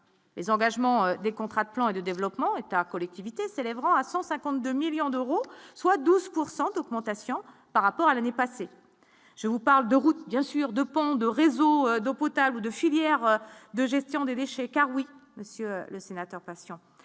les engagements des contrats de plan de développement, État, collectivités, célébrant à 152 millions d'euros, soit 12 pourcent d'augmentation par rapport à l'année passée, je vous parle de route, bien sûr, de ponts, de réseaux d'eau potable de filières de gestion des déchets, car oui, Monsieur le Sénateur, passion